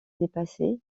dépassé